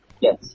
Yes